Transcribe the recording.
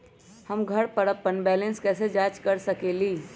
हम घर पर अपन बैलेंस कैसे जाँच कर सकेली?